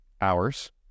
hours